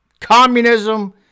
communism